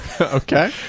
Okay